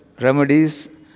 remedies